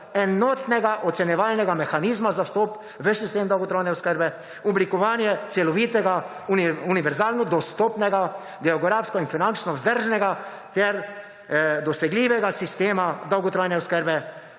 enotnega ocenjevalnega mehanizma za vstop v sistem dolgotrajne oskrbe, oblikovanje celovitega univerzalno dostopnega, geografsko in finančno vzdržnega ter dosegljivega sistema dolgotrajne oskrbe